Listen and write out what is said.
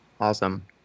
Awesome